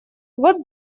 вот